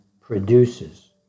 produces